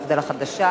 המפד"ל החדשה.